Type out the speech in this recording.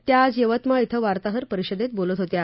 त्या आज यवतमाळ क्वे वार्ताहर परिषदेत बोलत होत्या